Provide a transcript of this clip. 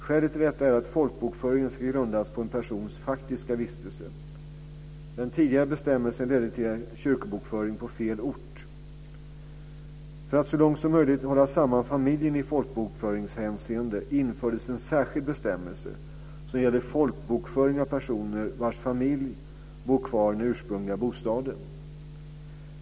Skälet till detta är att folkbokföringen ska grundas på en persons faktiska vistelse. Den tidigare bestämmelsen ledde till kyrkobokföring på fel ort. För att så långt som möjligt hålla samman familjen i folkbokföringshänseende infördes en särskild bestämmelse som gäller folkbokföring av personer vars familj bor kvar i den ursprungliga bostaden.